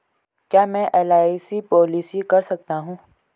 क्या मैं LIC policy कर सकता हूं?